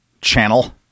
channel